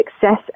success